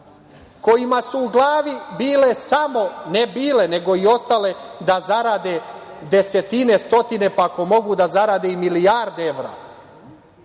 kojima su u glavi bile samo, ne bile nego i ostale, da zarade desetine, stotine, pa ako mogu da zarade i milijarde evra.